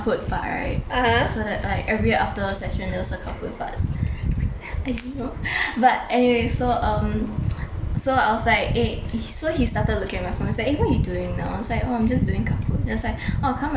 so t~ like every after section there was a kahoot part I don't know but anyway so um so I was like eh so he started looking at my phone and was like eh what you doing now I was like oh I'm just doing kahoot then he was like orh come I help you also